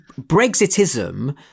Brexitism